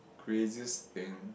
craziest thing